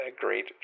great